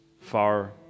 far